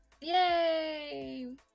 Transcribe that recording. Yay